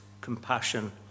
compassion